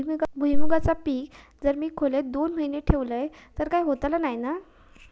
भुईमूगाचा पीक जर मी खोलेत दोन महिने ठेवलंय तर काय होतला नाय ना?